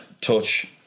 touch